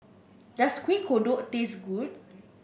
does Kuih Kodok taste good